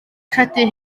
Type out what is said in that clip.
credu